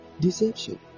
Deception